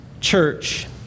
church